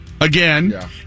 Again